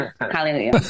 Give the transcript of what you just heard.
Hallelujah